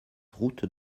route